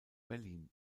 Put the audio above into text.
berlin